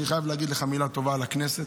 אני חייב להגיד לך מילה טובה על הכנסת.